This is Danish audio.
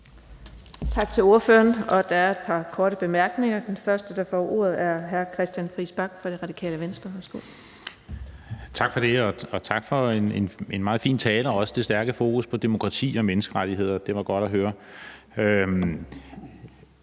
Tak til ordføreren. Der er et par korte bemærkninger. Den første, der får ordet, er hr. Christian Friis Bach fra Radikale Venstre. Værsgo. Kl. 18:12 Christian Friis Bach (RV): Tak for det, og tak for en meget fin tale og også for det stærke fokus på demokrati og menneskerettigheder – det var godt at høre.